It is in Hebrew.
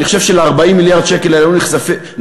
אני חושב של-40 מיליארד שקל היו נוספים,